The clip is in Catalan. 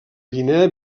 guinea